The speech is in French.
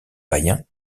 païen